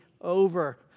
over